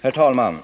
Herr talman!